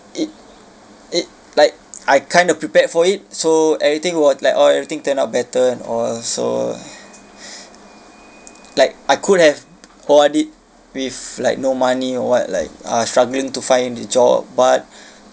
it it like I kind of prepared for it so everything was like oh everything turn out better and all so like I could have or I did with like no money or what like uh struggling to find a job but